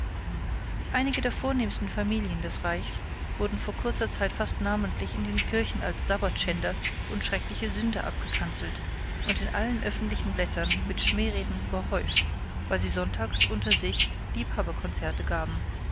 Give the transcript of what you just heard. einige der vornehmsten familien des reichs wurden vor kurzer zeit fast namentlich in den kirchen als sabbatschänder und schreckliche sünder abgekanzelt und in allen öffentlichen blättern mit schmähreden überhäuft weil sie sonntags unter sich liebhaberkonzerte gaben